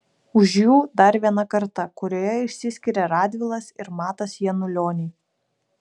už jų dar viena karta kurioje išsiskiria radvilas ir matas janulioniai